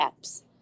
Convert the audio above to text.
apps